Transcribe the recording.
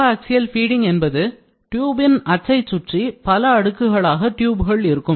coaxial feeding என்றால் டியூபின் அச்சை சுற்றி பல அடுக்குகளாக டியூப்கள் இருக்கும்